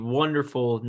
wonderful